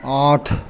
आठ